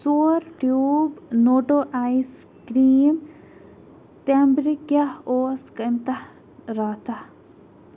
ژور ٹیوٗب نوٹو ice cream تٮ۪مبرِ کیٛاہ اوس قۭمتَہ راتھَہ